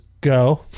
go